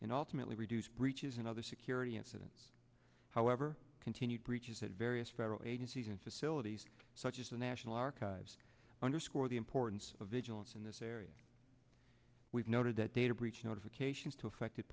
and ultimately reduce breaches and other security incidents however continued breaches at various federal agencies and facilities such as the national archives underscore the importance of vigilance in this area we've noted that data breach notifications to affected